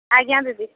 ଆଜ୍ଞା ଦିଦି